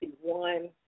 one